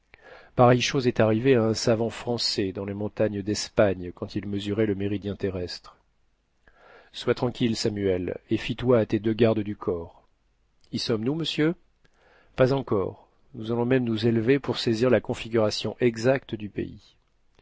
pareille chose est arrivée à un savant français dans les montagnes d'espagne quand il mesurait le méridien terrestre sois tranquille samuel et fie toi à tes deux gardés du corps y sommes-nous monsieur pas encore nous allons même nous élever pour saisir la configuration exacte du pays